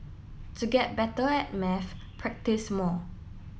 to get better at maths practice more